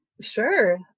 Sure